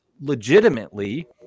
legitimately